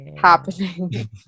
happening